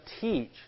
teach